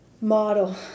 model